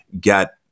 get